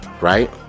right